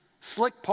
slick